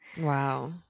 Wow